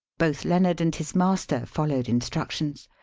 both lennard and his master followed instructions.